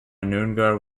noongar